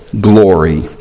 glory